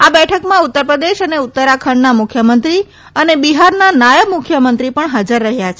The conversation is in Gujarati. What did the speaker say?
આ બેઠકમાં ઉત્તરપ્રદેશ અને ઉત્તરાખંડના મુખ્યમંત્રી અને બિહારના નાયબ મુખ્યમંત્રી પણ હાજર રહ્યા છે